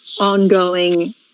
Ongoing